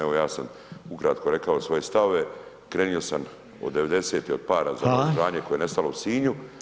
Evo ja sam ukratko rekao svoje stavove, krenuo sam od '90.-te, od para za naoružanje koje je nestalo u Sinju.